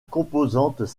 composantes